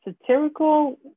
satirical